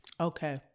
okay